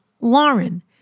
Lauren